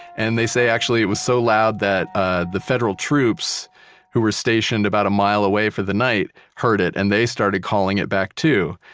and they say actually it was so loud that ah the federal troops who were stationed about a mile away for the night heard it and they started calling it back too.